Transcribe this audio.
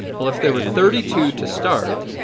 well if there were thirty two to start,